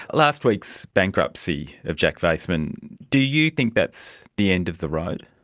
last week's bankruptcy of jack vaisman, do you think that's the end of the road?